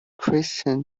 christian